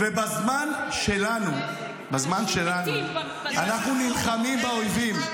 -- ובזמן שלנו אנחנו נלחמים באויבים.